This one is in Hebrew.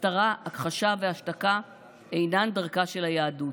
הסתרה, הכחשה והשתקה אינן דרכה של היהדות.